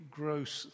gross